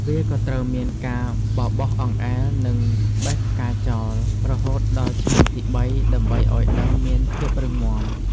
វាក៏ត្រូវមានការបរបោសអង្អែលនិងបេះផ្កាចោលរហូតដល់ឆ្នាំទីបីដើម្បីឱ្យដើមមានភាពរឹងមាំ។